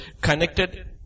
connected